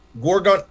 Gorgon